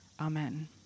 Amen